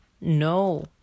No